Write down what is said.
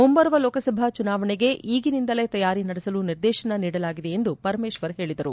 ಮುಂಬರುವ ಲೋಕಸಭಾ ಚುನಾವಣೆಗೆ ಈಗಿನಿಂದಲೇ ತಯಾರಿ ನಡೆಸಲು ನಿರ್ದೇಶನ ನೀಡಲಾಗಿದೆ ಎಂದು ಪರಮೇಶ್ವರ್ ಹೇಳಿದರು